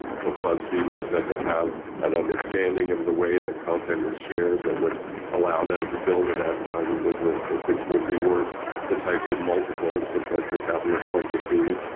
so buzzfeed was said to have an understanding of the way that content was shared that would allow them to build an advertising business that that would be worth the types of multiples that venture capitalists like to see.